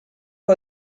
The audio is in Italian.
che